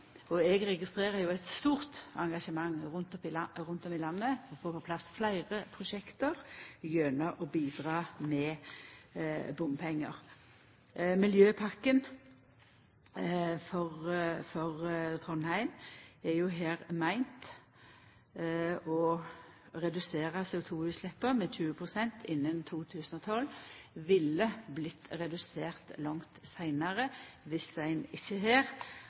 bompengar. Eg registrerer eit stort engasjement rundt om i landet for å få på plass fleire prosjekt gjennom å bidra med bompengar. Miljøpakken for Trondheim er meint å redusera CO2-utsleppa med 20 pst. innan 2012. Det ville vorte redusert langt seinare dersom ein her ikkje hadde fått ein kombinasjon med bompengar på plass. Så har